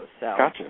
gotcha